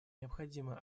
необходимо